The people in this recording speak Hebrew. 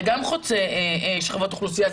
זה גם חוצה שכבות אוכלוסייה.